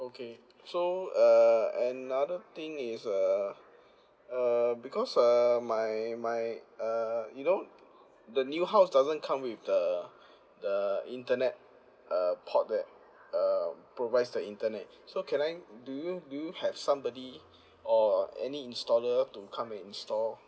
okay so uh another thing is uh uh because uh my my uh you know the new house doesn't come with the the internet uh port that uh provides the internet so can I do you do you have somebody or any installer to come and install